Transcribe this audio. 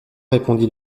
répondit